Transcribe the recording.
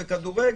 הוא נהיר,